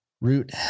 root